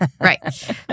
right